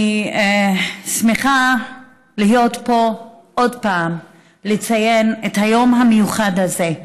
אני שמחה להיות פה עוד פעם ולציין את היום המיוחד הזה,